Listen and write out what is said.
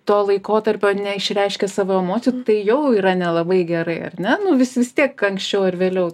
to laikotarpio neišreiškė savo emocijų tai jau yra nelabai gerai ar ne nu vis vis tiek anksčiau ar vėliau